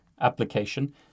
application